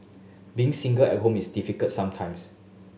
being single at home is difficult sometimes